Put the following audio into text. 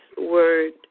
word